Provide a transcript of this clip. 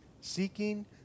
seeking